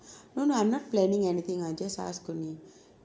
no no I'm not planning anything I just ask only